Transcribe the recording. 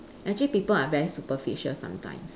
actually people are very superficial sometimes